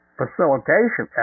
facilitation